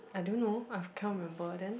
I don't know I can't remember then